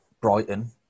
Brighton